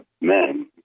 men